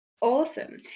Awesome